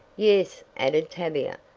yes, added tavia,